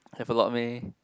have a lot meh